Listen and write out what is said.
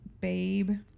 babe